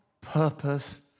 purpose